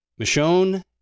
Michonne